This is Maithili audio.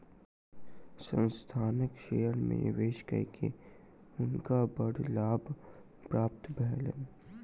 संस्थानक शेयर में निवेश कय के हुनका बड़ लाभ प्राप्त भेलैन